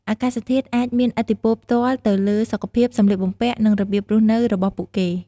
អាកាសធាតុអាចមានឥទ្ធិពលផ្ទាល់ទៅលើសុខភាព សម្លៀកបំពាក់ និងរបៀបរស់នៅរបស់ពួកគេ។